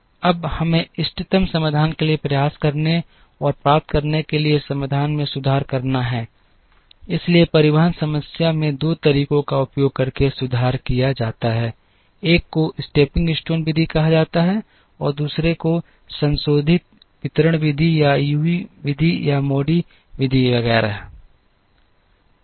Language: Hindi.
अब हमें इष्टतम समाधान के लिए प्रयास करने और प्राप्त करने के लिए समाधान में सुधार करना है इसलिए परिवहन समस्या में दो तरीकों का उपयोग करके सुधार किया जाता है एक को स्टेपिंग स्टोन विधि कहा जाता है और दूसरे को संशोधित वितरण विधि या यूवी विधि या MODI विधि वगैरह